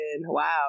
Wow